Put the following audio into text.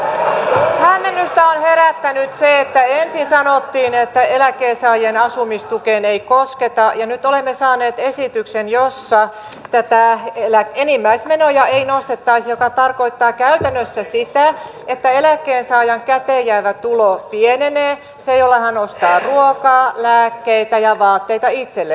kyllä hämmennystä on herättänyt se että ensin sanottiin että eläkkeensaajien asumistukeen ei kosketa ja nyt olemme saaneet esityksen jossa enimmäismenoja ei nostettaisi mikä tarkoittaa käytännössä sitä että eläkkeensaajan käteen jäävä tulo pienenee se jolla hän ostaa ruokaa lääkkeitä ja vaatteita itselleen